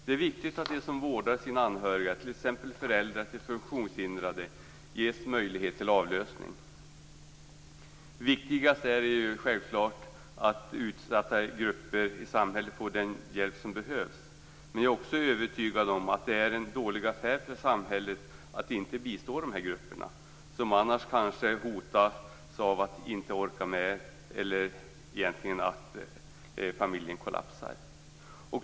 Det är viktigt att de som vårdar sina anhöriga, t.ex. föräldrar till funktionshindrade, ges möjlighet till avlösning. Viktigast är självklart att utsatta grupper i samhället får den hjälp som behövs. Men jag är också övertygad om att det är en dålig affär för samhället att inte bistå de här grupperna, som annars kanske hotas av att inte orka med eller av att familjen egentligen kollapsar.